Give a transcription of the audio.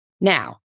Now